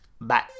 Bye